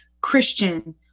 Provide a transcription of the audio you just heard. Christian